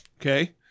okay